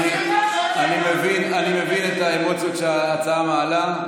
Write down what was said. אני מבין את האמוציות שההצעה מעלה.